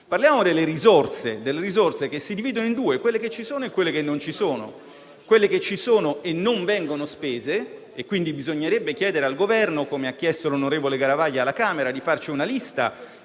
Parliamo delle risorse, che si dividono in due tipi: quelle che ci sono e quelle che non ci sono. Quelle che ci sono non vengono spese e quindi bisognerebbe chiedere al Governo, come ha fatto l'onorevole Garavaglia alla Camera, di farci una lista